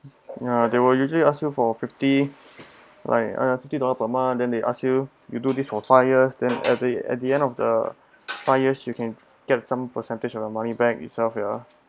ya they will usually ask you for fifty like a fifty dollar per month then they ask you you do this for five years than at the at the end of the five years you can get some percentage of the money back itself ya